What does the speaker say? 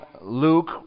Luke